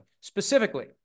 Specifically